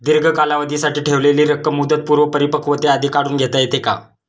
दीर्घ कालावधीसाठी ठेवलेली रक्कम मुदतपूर्व परिपक्वतेआधी काढून घेता येते का?